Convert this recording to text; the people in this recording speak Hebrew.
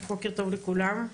בוקר טוב לכולם.